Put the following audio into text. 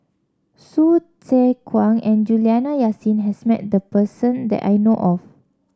Hsu Tse Kwang and Juliana Yasin has met this person that I know of